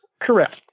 Correct